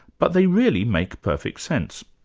but they really make perfect sense.